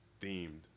themed